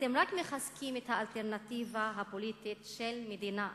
אתם רק מחזקים את האלטרנטיבה הפוליטית של מדינה אחת.